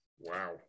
Wow